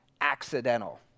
accidental